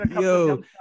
Yo